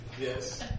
Yes